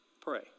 pray